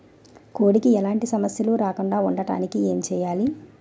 కోడి కి ఎలాంటి సమస్యలు రాకుండ ఉండడానికి ఏంటి చెయాలి?